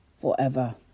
forever